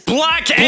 Black